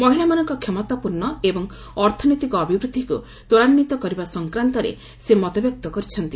ମହିଳାମାନଙ୍କ କ୍ଷମତାପୂର୍ଣ୍ଣ ଏବଂ ଅର୍ଥନୈତିକ ଅଭିବୃଦ୍ଧିକୁ ତ୍ୱରାନ୍ୱିତ କରିବା ସଂକ୍ରାନ୍ତରେ ସେ ମତବ୍ୟକ୍ତ କରିଛନ୍ତି